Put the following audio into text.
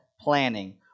planning